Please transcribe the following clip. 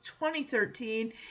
2013